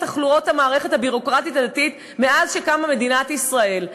חוליי המערכת הביורוקרטית הדתית מאז קמה מדינת ישראל,